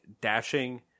dashing